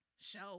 show